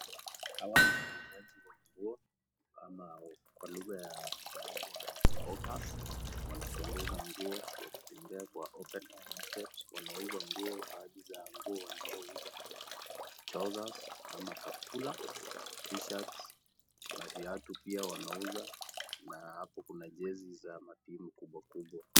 Hawa ni wauzaji wa nguo au kwa lugha ya kimombo wanaitwa hawkers wanatembeza nguo wakitembea kwa open air market wanauza nguo baadhi za nguo wanaouza trousers ama kaptura, t-shirts kuna viatu pia wanauza na hapo kuna majezi za timu kubwa kubwa .